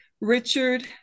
Richard